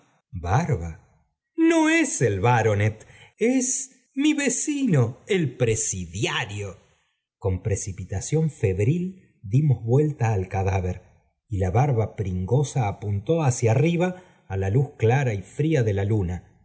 barba no es el baronet l es mi vecino el presidiario l con precipitación febril dimos vuelta al cadáver y la barba pringosa apuntó hacia arriba á la luz clara y fría de la luna